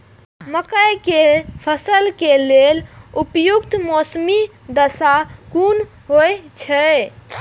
मके के फसल के लेल उपयुक्त मौसमी दशा कुन होए छै?